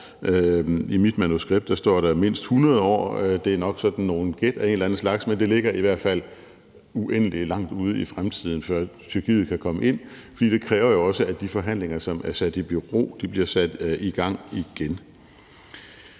i mit manuskript står der mindst 100 år. Det er nok sådan nogle gæt af en eller anden slags, men det ligger i hvert fald uendelig langt ude i fremtiden, at Tyrkiet kan komme ind, for det kræver jo også, at de forhandlinger, som er sat i bero, bliver sat i gang igen.